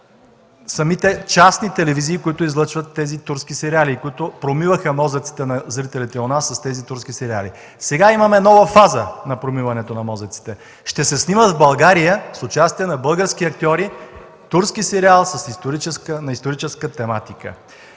самите частни телевизии, които излъчват турските сериали и които промиваха мозъците на зрителите у нас с тези турски сериали. Сега имаме нова фаза на промиването на мозъците. Ще се снима в България, с участие на български актьори, турски сериал на историческа тематика.